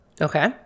Okay